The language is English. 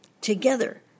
Together